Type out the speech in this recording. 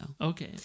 Okay